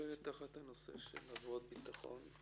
כל אלה תחת הנושא של עבירות ביטחון?